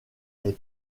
est